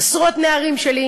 עשרות נערים שלי,